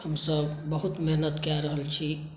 हमसभ बहुत मेहनत कए रहल छी